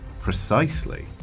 precisely